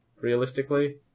realistically